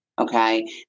Okay